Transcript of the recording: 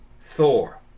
Thor